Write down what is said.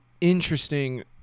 interesting